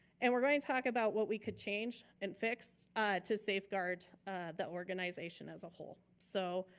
and we're going to talk about what we could change and fix to safeguard the organization as a whole. so